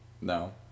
No